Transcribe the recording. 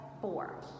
four